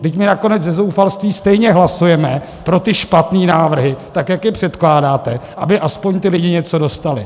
Vždyť my nakonec ze zoufalství stejně hlasujeme pro ty špatné návrhy, tak jak je předkládáte, aby alespoň ty lidi něco dostali.